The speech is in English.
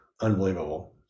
Unbelievable